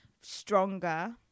stronger